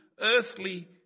earthly